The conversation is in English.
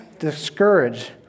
Discourage